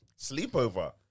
sleepover